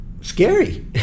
scary